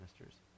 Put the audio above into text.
ministers